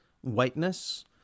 whiteness